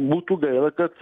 būtų gaila kad